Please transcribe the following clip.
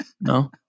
No